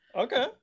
Okay